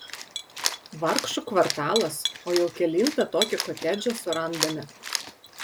vargšų kvartalas o jau kelintą tokį kotedžą surandame